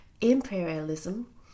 imperialism